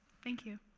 thank you.